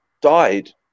died